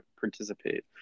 participate